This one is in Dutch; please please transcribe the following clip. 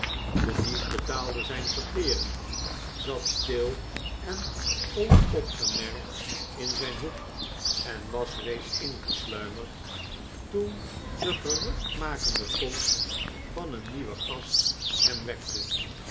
de dief betaalde zijne vertering zat stil en onopgemerkt in zijn hoek en was reeds ingesluimerd toen de geruchtmakende komst van een nieuwen gast hem wekte